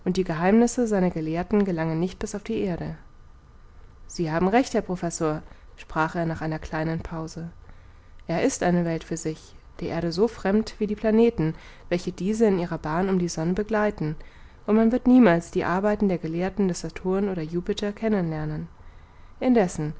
die geheimnisse seiner gelehrten gelangen nicht bis auf die erde sie haben recht herr professor sprach er nach einer kleinen pause er ist eine welt für sich der erde so fremd wie die planeten welche diese in ihrer bahn um die sonne begleiten und man wird niemals die arbeiten der gelehrten des saturn oder